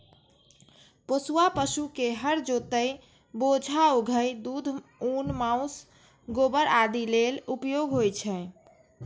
पोसुआ पशु के हर जोतय, बोझा उघै, दूध, ऊन, मासु, गोबर आदि लेल उपयोग होइ छै